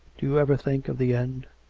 do you ever think of the end?